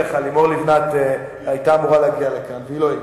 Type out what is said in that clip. לימור לבנת היתה אמורה להגיע לכאן והיא לא הגיעה.